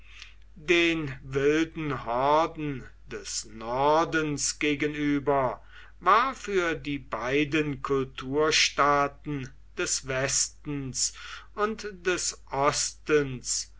den wilden horden des nordens gegenüber war für die beiden kulturstaaten des westens und des ostens